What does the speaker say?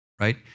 right